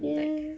ya